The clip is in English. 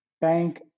bank